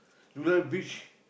you like beach